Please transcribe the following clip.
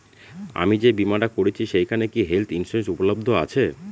আমি যে বীমাটা করছি সেইখানে কি হেল্থ ইন্সুরেন্স উপলব্ধ আছে?